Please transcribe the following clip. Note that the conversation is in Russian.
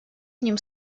ними